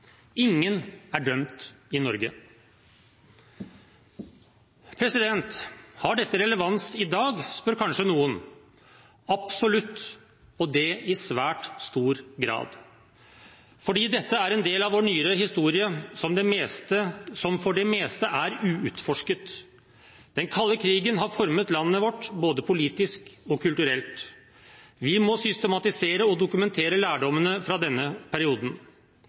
Ingen er dømt i Norge. Har dette relevans i dag, spør kanskje noen. Absolutt – og det i svært stor grad, fordi dette er en del av vår nyere historie som for det meste er uutforsket. Den kalde krigen har formet landet vårt både politisk og kulturelt. Vi må systematisere og dokumentere lærdommene fra denne perioden.